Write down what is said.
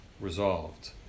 resolved